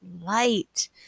light